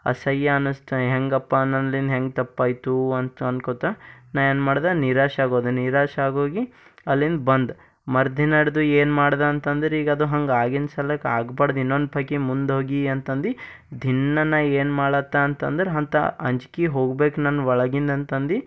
ಅಸಯ್ಯ ಅನಿಸ್ತು ಹೆಂಗಪ್ಪಾ ನಂದ್ಲಿನ್ನು ಹೆಂಗೆ ತಪ್ಪಾಯಿತು ಅಂತ ಅನ್ಕೋತ ನಾ ಏನು ಮಾಡಿದೇ ನೀರಾಶಾಗೋದೆ ನೀರಾಶಾಗೋಗಿ ಅಲ್ಲಿಂದ ಬಂದು ಮರುದಿನ ಹಿಡ್ದು ಏನು ಮಾಡ್ದೆ ಅಂತಂದರೆ ಈಗ ಅದು ಹಂಗೆ ಆಗಿನ ಸಲಕ್ಕೆ ಆಗ್ಬಾಡ್ದು ಇನ್ನೊಂದು ಪೈಕಿ ಮುಂದೋಗಿ ಅಂತಂದು ದಿನ ನಾ ಏನು ಮಾಡ್ಲತ್ತ ಅಂತಂದರೆ ಅಂಥ ಅಂಜಿಕೆ ಹೋಗ್ಬೇಕು ನನ್ನ ಒಳಗಿಂದಂತಂದು